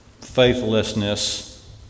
faithlessness